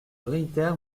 réitère